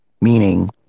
Meaning